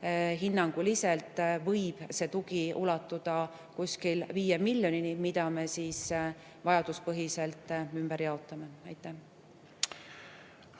Hinnanguliselt võib see tugi ulatuda 5 miljonini, mida me vajaduspõhiselt ümber jaotame.